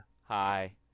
hi